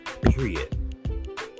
Period